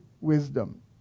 wisdom